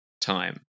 time